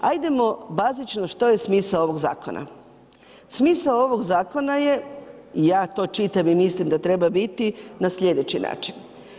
Ajdemo bazično, što je smisao ovog zakona? smisao ovoga zakona je i ja to čitam i mislim da treba biti na slijedeći način.